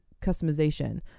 customization